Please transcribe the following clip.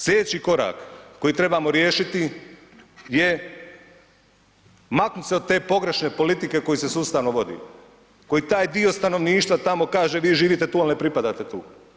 Slijedeći korak koji trebamo riješiti je maknut se od te pogrešne politike koju se sustavno vodi, koji taj dio stanovništva tamo kaže vi živite tu ali ne pripadate tu.